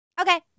Okay